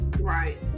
Right